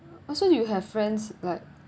oh so you have friends like